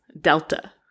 delta